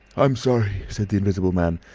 i'm sorry, said the invisible man,